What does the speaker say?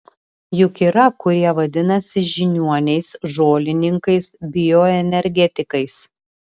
juk yra kurie vadinasi žiniuoniais žolininkais bioenergetikais